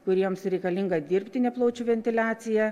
kuriems reikalinga dirbtinė plaučių ventiliacija